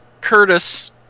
Curtis